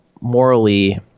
morally